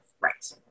Right